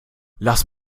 lass